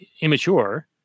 immature